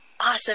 awesome